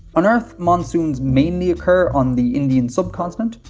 on earth monsoons mainly occur on the indian subcontinent,